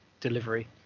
delivery